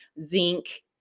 zinc